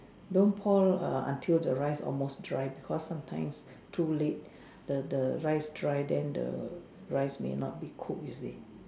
don't pour err until the rice almost dry because sometimes too late the the rice dry then the rice may not be cooked you see